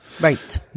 Right